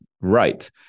right